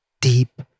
deep